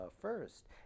first